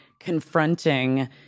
confronting